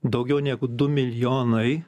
daugiau negu du milijonai